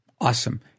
Awesome